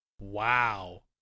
Wow